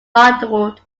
modelled